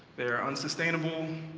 they're unsustainable,